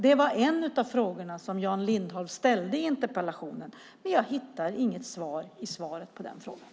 Det var en av de frågor som Jan Lindholm ställde i interpellationen, men jag hittar inget svar på den frågan i interpellationssvaret.